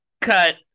cut